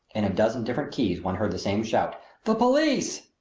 in a dozen different keys one heard the same shout the police!